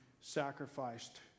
sacrificed